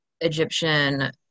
Egyptian